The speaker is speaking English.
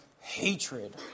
hatred